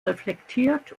reflektiert